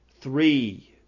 three